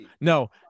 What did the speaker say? No